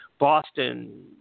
Boston